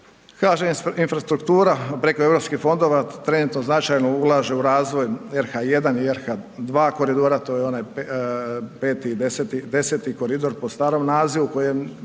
HŽ Infrastruktura, preko EU fondova trenutno značajno ulaže u razvoj HR1 i HR2 koridora, to je onaj 5. i 10. koridor po starom nazivu, koji je